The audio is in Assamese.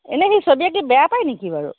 এনেই সি ছবি আঁকি বেয়া পায় নেকি বাৰু